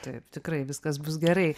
taip tikrai viskas bus gerai